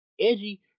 Edgy